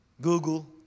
Google